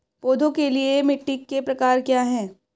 पौधों के लिए मिट्टी के प्रकार क्या हैं?